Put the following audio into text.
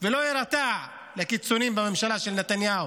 ולא יירתע מקיצוניים בממשלה של נתניהו.